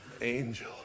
angel